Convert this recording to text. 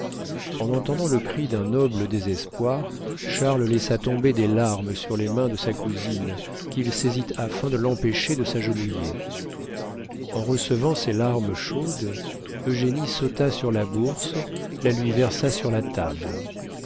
en entendant le cri d'un noble désespoir charles laissa tomber des larmes sur les mains de sa cousine qu'il saisit afin de l'empêcher de s'agenouiller en recevant ces larmes chaudes eugénie sauta sur la bourse la lui versa sur la table